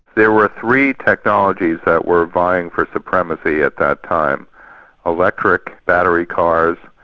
there were three technologies that were vying for supremacy at that time electric battery cars,